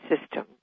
system